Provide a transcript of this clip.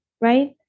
right